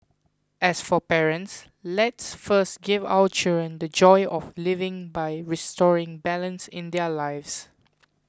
as for parents let's first give our children the joy of living by restoring balance in their lives